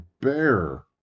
bear